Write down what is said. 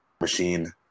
machine